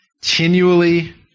continually